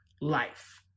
life